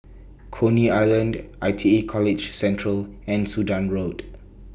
Coney Island I T E College Central and Sudan Road